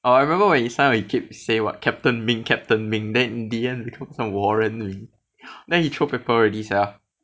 orh I remember when you sign on you keep say what captain ming captain ming then in the end become some warrent ming then he throw paper already sia